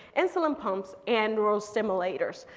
insulin pumps, and neural stimulators.